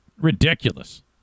ridiculous